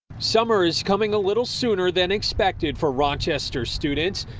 summer is coming a little sooner than expected for rochester students.